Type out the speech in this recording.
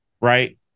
right